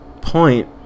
point